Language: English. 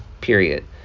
period